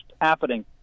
happening